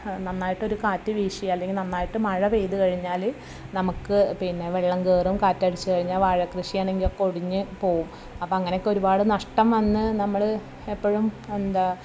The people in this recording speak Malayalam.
നന്നായിട്ടൊരു കാറ്റ് വീശിയാൽ അല്ലെങ്കിൽ നന്നായിട്ട് മഴ പെയ്തു കഴിഞ്ഞാൽ നമുക്ക് പിന്നെ വെള്ളം കയറും കാറ്റടിച്ചു കഴിഞ്ഞാൽ വാഴക്കൃഷിയാണെങ്കിൽ ഒക്കെ ഒടിഞ്ഞ് പോവും അപ്പോൾ അങ്ങനെയൊക്കെ ഒരുപാട് നഷ്ടം വന്ന് നമ്മൾ എപ്പോഴും എന്താ